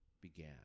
began